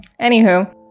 anywho